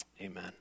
amen